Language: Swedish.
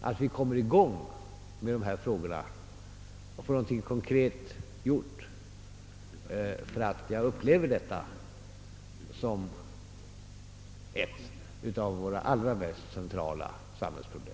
att vi kommer i gång med dessa frågor och får någonting konkret gjort, ty jag upplever detta som ett av våra allra mest centrala samhällsproblem.